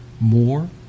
more